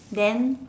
then